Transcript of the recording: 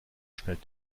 schnell